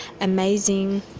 amazing